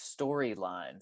storylines